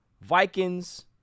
Vikings